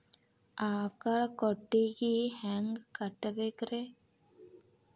ಆಕಳ ಕೊಟ್ಟಿಗಿ ಹ್ಯಾಂಗ್ ಕಟ್ಟಬೇಕ್ರಿ?